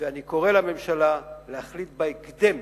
אני קורא לממשלה להחליט בהקדם